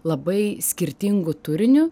labai skirtingu turiniu